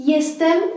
Jestem